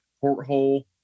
porthole